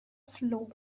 flaw